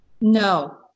No